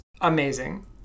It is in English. amazing